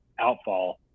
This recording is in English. outfall